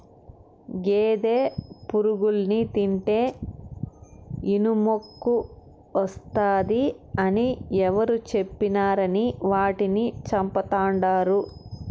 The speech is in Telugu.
గేదె పురుగుల్ని తింటే ఇనుమెక్కువస్తాది అని ఎవరు చెప్పినారని వాటిని చంపతండాడు